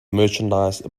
merchandise